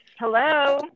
Hello